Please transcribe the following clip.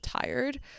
tired